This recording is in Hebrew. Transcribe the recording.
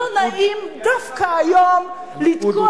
לא נעים דווקא היום לתקוע